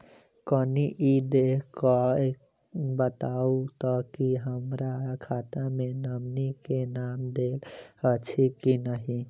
कनि ई देख कऽ बताऊ तऽ की हमरा खाता मे नॉमनी केँ नाम देल अछि की नहि?